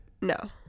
No